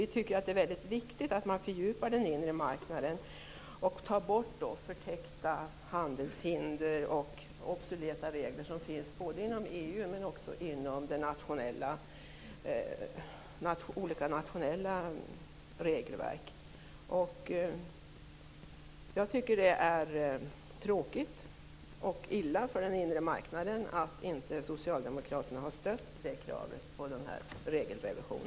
Vi tycker att det är väldigt viktigt att man fördjupar den inre marknaden, tar bort förtäckta handelshinder och de obsoleta regler som finns både inom EU men och inom olika nationella regelverk. Det är tråkigt och illa för den inre marknaden att inte socialdemokraterna har stött kravet på regelrevision.